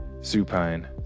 supine